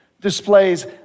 displays